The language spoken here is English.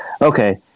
Okay